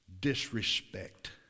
disrespect